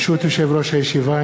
ברשות יושב-ראש הישיבה,